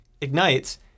ignites